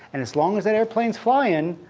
and as long as that airplane is flying,